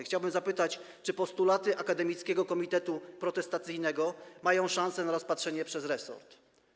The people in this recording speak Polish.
Chciałbym zapytać: Czy postulaty Akademickiego Komitetu Protestacyjnego mają szansę zostać rozpatrzone przez resort?